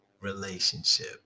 relationship